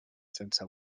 sense